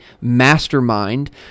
mastermind